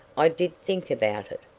i did think about it.